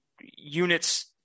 units